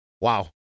Wow